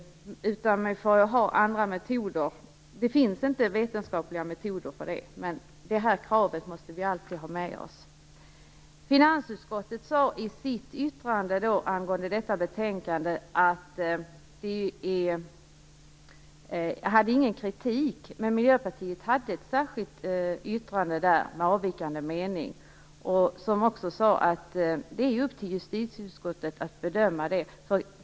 Vi får använda andra metoder. Det finns inte vetenskapliga metoder för detta, men vi måste alltid ha med oss det här kravet. Finansutskottet sade i sitt yttrande angående detta betänkande att man inte hade någon kritik, men att Miljöpartiet hade ett särskilt yttrande med avvikande mening. Det sades också att det är upp till justitieutskottet att bedöma detta.